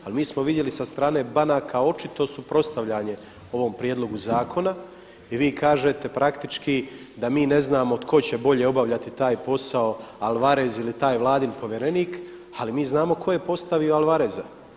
Ali mi smo vidjeti sa strane banaka očito suprotstavljanje ovom prijedlogu zakona i vi kažete praktički da mi ne znamo tko će bolje obavljati taj posao Alvarez ili taj Vladin povjerenik ali mi znamo tko je postavio Alvareza.